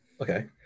Okay